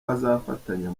bazafatanya